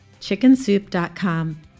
chickensoup.com